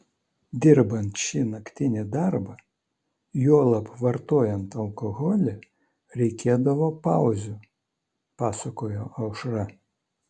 dirbant šį naktinį darbą juolab vartojant alkoholį reikėdavo pauzių pasakojo aušra